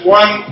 one